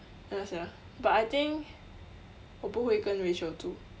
ya sia but I think 我不会跟 rachel 住